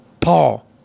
Paul